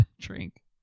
drink